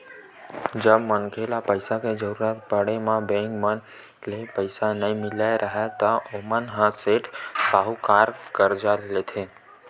जब मनखे ल पइसा के जरुरत पड़े म बेंक मन ले पइसा नइ मिलत राहय ता ओमन ह सेठ, साहूकार करा करजा लेथे